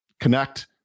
connect